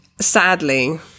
sadly